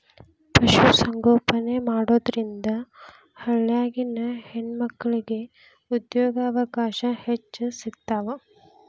ಪಶು ಸಂಗೋಪನೆ ಮಾಡೋದ್ರಿಂದ ಹಳ್ಳ್ಯಾಗಿನ ಹೆಣ್ಣಮಕ್ಕಳಿಗೆ ಉದ್ಯೋಗಾವಕಾಶ ಹೆಚ್ಚ್ ಸಿಗ್ತಾವ